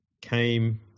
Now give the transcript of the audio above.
came